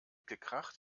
gekracht